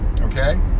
Okay